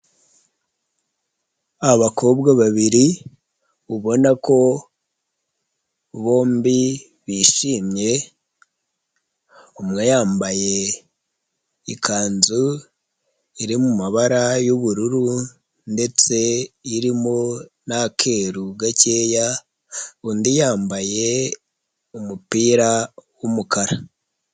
Abakobwa babiri ubona ko bombi bishimye, umwe yambaye ikanzu iri mu mabara y'ubururu, ndetse irimo na keru gakeya, undi yambaye umupira w'umukara.